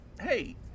hey